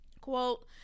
Quote